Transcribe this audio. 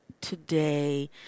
today